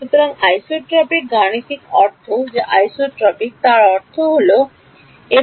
সুতরাং আইসোট্রপিক র গাণিতিক অর্থ যা আইসোট্রপিক তার অর্থ এটি